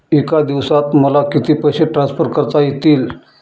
एका दिवसात मला किती पैसे ट्रान्सफर करता येतील?